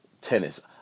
tennis